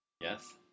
Yes